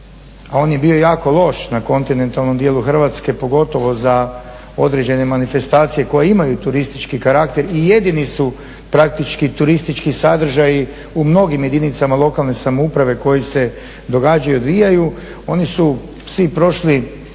a on je bio jako loš na kontinentalnom dijelu Hrvatske, pogotovo za određene manifestacije koje imaju turistički karakter i jedini su praktički turistički sadržaji u mnogim jedinicama lokalne samouprave koji se događaju i odvijaju.